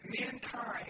mankind